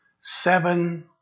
Seven